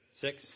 six